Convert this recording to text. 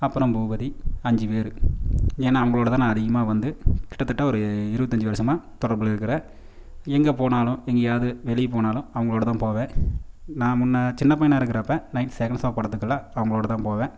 அப்புறம் பூபதி அஞ்சு பேரு ஏன்னா அவங்களோட தான் நான் அதிகமாக வந்து கிட்டத்தட்ட ஒரு இருவத்தஞ்சு வருஷமாக தொடர்பில் இருக்கிறேன் எங்கே போனாலும் எங்கேயாவது வெளியில் போனாலும் அவங்களோட தான் போவேன் நான் முன்னே சின்ன பையனாக இருக்கிறப்போ நைட் செகண்ட் ஷோ படத்துக்கெல்லாம் அவங்களோட தான் போவேன்